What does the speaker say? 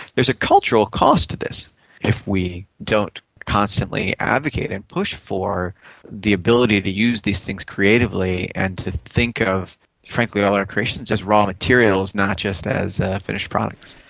there is a cultural cost to this if we don't constantly advocate and push for the ability to use these things creatively and to think of frankly all our creations as raw materials, not just as finished products.